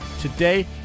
Today